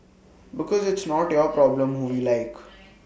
because it's not your problem who we like